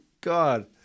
God